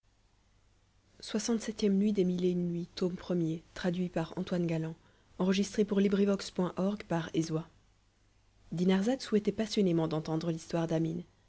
dinarzade souhaitait passionnément d'entendre l'histoire d'amine